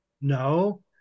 No